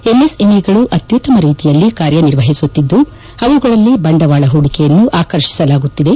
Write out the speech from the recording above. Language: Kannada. ಎಂಎಸ್ಎಂಇಗಳು ಅತ್ಯುತ್ತಮ ರೀತಿಯಲ್ಲಿ ಕಾರ್ಯನಿರ್ವಹಿಸುತ್ತಿದ್ದು ಅವುಗಳಲ್ಲಿ ಬಂಡವಾಳ ಹೂಡಿಕೆ ಆಕರ್ಷಿಸಲಾಗುತ್ತಿದೆ